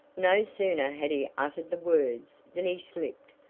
no sooner had he uttered the words than he slipped,